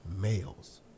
males